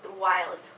wild